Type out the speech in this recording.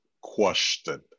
question